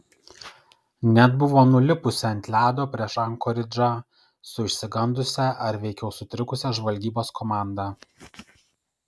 net buvo nulipusi ant ledo prieš ankoridžą su išsigandusia ar veikiau sutrikusia žvalgybos komanda